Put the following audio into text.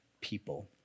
people